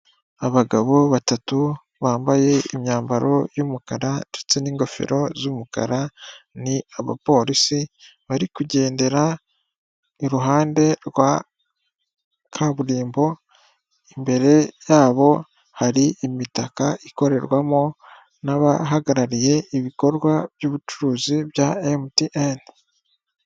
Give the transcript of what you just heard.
Abagabo batatu bambaye imyambaro y'umukara ndetse n'ingofero z'umukara ni abapolisi bari kugendera iruhande rwa kaburimbo imbere yabo hari imitaka ikorerwamo n'abahagarariye ibikorwa by'ubucuruzi bya mtn